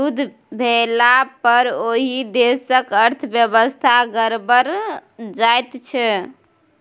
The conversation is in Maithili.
युद्ध भेलापर ओहि देशक अर्थव्यवस्था गड़बड़ा जाइत छै